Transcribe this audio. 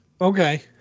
Okay